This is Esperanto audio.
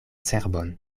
cerbon